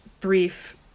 brief